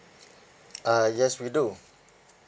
uh yes we do